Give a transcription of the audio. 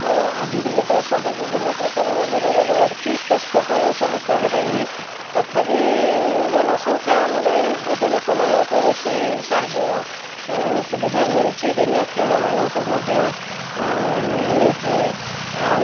ଓ ଆଜିକାଲି ତ ସବୁ ବିଭିନ୍ନପ୍ରକାର ରୋଗବୈରାଗ ବାହାରୁଛି ସ୍ୱାସ୍ଥ୍ୟ ପାଇଁ ସମସ୍ତଙ୍କର ଇଏ ତଥାପି ଜନସଂଖ୍ୟା ଅନୁଯାୟୀ ବୃଦ୍ଧ ଲୋକମାନଙ୍କୁ ବେଶି ସାହାଯ୍ୟ ସୁବିଧା ମିଳୁଛି ଭିନ୍ନକ୍ଷମମାନଙ୍କୁ ମଧ୍ୟ ମିଳୁଛି ଆଉ